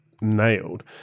nailed